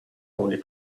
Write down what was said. only